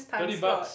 thirty bucks